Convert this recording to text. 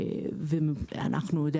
ואנחנו,